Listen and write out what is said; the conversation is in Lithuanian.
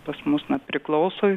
pas mus na priklauso